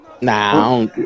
nah